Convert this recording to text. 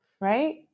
Right